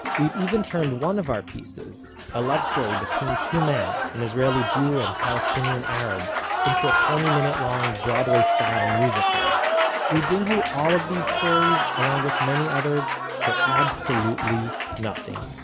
we've even turned one of our pieces, a love story between two men an israeli jew and palestinian arab into a twenty-minute-long broadway-style musical we bring you all of these stories, along with many others, for absolutely nothing.